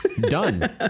done